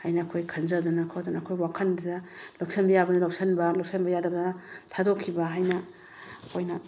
ꯍꯥꯏꯅ ꯑꯩꯈꯣꯏ ꯈꯟꯖꯗꯅ ꯈꯣꯠꯇꯅ ꯑꯩꯈꯣꯏ ꯋꯥꯈꯜꯁꯤꯗ ꯂꯧꯁꯤꯟꯕ ꯌꯥꯕ ꯂꯧꯁꯤꯟꯕ ꯂꯧꯁꯤꯟꯕ ꯌꯥꯗꯕꯅ ꯊꯥꯗꯣꯛꯈꯤꯕ ꯍꯥꯏꯅ ꯑꯩꯈꯣꯏꯅ